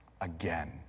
again